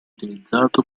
utilizzato